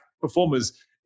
performers